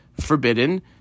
forbidden